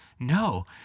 No